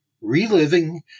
Reliving